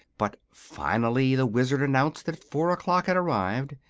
but finally the wizard announced that four o'clock had arrived,